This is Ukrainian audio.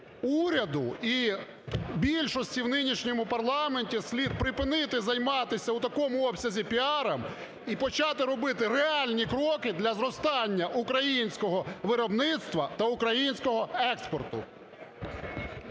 уряду і більшості в нинішньому парламенті слід припинити займатися у такому обсязі піаром і почати робити реальні кроки для зростання українського виробництва та українського експорту.